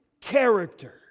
character